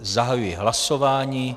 Zahajuji hlasování.